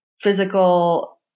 physical